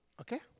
Okay